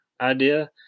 idea